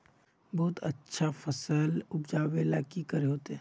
बहुत अच्छा फसल उपजावेले की करे होते?